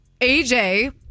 AJ